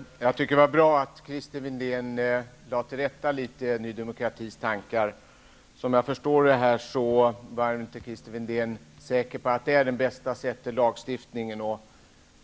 Herr talman! Jag tycker att det var bra att Christer Windén litet grand lade till rätta Ny demokratis tankar. Såvitt jag förstod Christer Windén rätt, är han inte säker på att en lagstiftning är den bästa vägen.